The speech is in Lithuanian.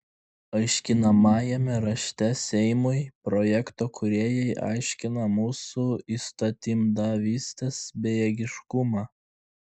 aiškinamajame rašte seimui projekto kūrėjai aiškina mūsų įstatymdavystės bejėgiškumą